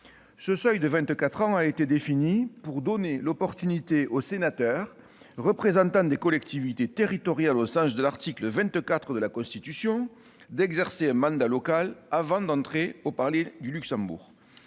Ce seuil de vingt-quatre ans a été défini pour donner l'opportunité aux sénateurs, représentants des collectivités territoriales au sens de l'article 24 de la Constitution, d'exercer un mandat local avant d'entrer au Palais du Luxembourg.